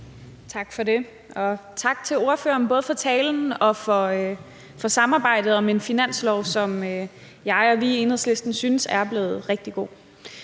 Tak for det, og tak til ordføreren, både for talen og for samarbejdet om en finanslovsaftale, som jeg og vi i Enhedslisten synes er blevet rigtig god.